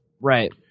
right